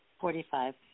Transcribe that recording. Forty-five